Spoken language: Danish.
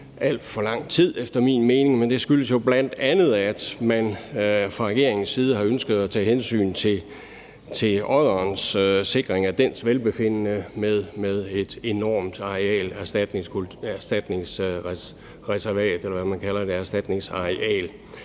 alt for lang tid efter min mening, men det skyldes jo bl.a., at man fra regeringens side har ønsket tage hensyn til sikring af odderens velbefindende med et enormt erstatningsareal,